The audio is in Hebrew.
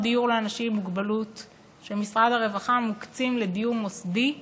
דיור לאנשים עם מוגבלות של משרד הרווחה מוקצים לדיור מוסדי,